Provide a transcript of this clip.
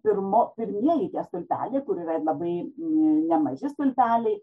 pirma pirmieji tie stulpeliai kur yra labai nemaži stulpeliai